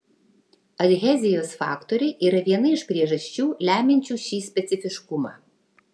adhezijos faktoriai yra viena iš priežasčių lemiančių šį specifiškumą